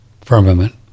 firmament